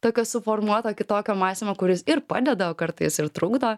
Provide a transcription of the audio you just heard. tokio suformuoto kitokio mąstymo kuris ir padeda o kartais ir trukdo